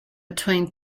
between